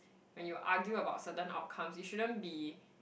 when you argue about certain outcomes it shouldn't be